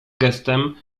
gestem